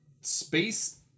space